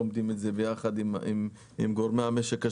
למעט פטורים - הם יינתנו על ידי סמכות שאתם תגדירו